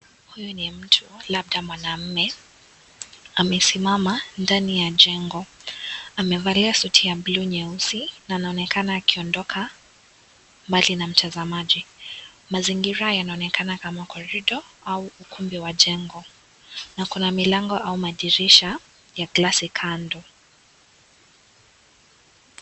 Huyu ni mtu labda mwanaume amesimama ndani ya jengo amevalia suti ya blue nyeusi na anaonekana akiondoka mbali na mtazamaji mazingira yanaonekana kama korido au ukumbi wa jengo na kuna milango au madirisha ya glasi kando.